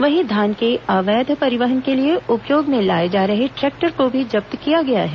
वहीं धान के अवैध परिवहन के लिए उपयोग में लाए जा रहे ट्रैक्टर को भी जब्त किया गया है